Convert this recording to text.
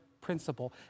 principle